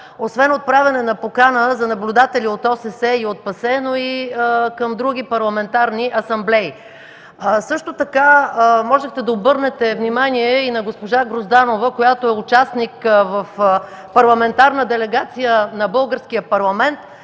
освен отправяне на покана за наблюдатели от ОССЕ и от ПАСЕ, но и към други парламентарни асамблеи. Също така можехте да обърнете внимание и на госпожа Грозданова, която е участник в парламентарна делегация на Българския парламент,